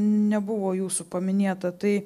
nebuvo jūsų paminėta tai